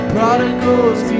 Prodigals